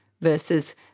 Versus